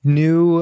new